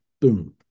Boom